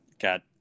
got